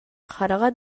хараҕа